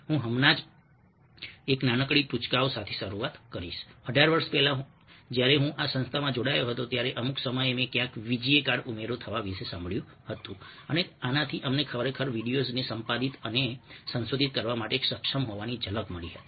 હું હમણાં જ એક નાનકડી ટુચકાઓ સાથે શરૂઆત કરીશ 18 વર્ષ પહેલાં જ્યારે હું આ સંસ્થામાં જોડાયો હતો ત્યારે અમુક સમયે મેં ક્યાંક VGA કાર્ડ ઉમેરો થવા વિશે સાંભળ્યું હતું અને આનાથી અમને ખરેખર વિડિઓઝને સંપાદિત અને સંશોધિત કરવા માટે સક્ષમ હોવાની ઝલક મળી હતી